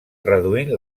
reduint